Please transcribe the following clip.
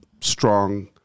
strong